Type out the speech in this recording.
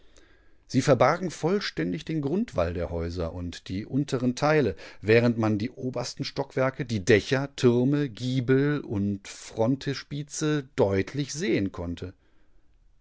sie verbargen vollständig den grundwall der häuser und die unteren teile während man die obersten stockwerke die dächer türme giebelundfrontispizedeutlichsehenkonnte einigehäuser erschienendadurchsohoch daßmanandenturmvonbabeldenkenmußte der junge konnte